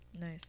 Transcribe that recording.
nice